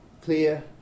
clear